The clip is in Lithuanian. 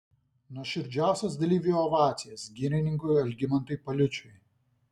nuoširdžiausios dalyvių ovacijos girininkui algimantui paliučiui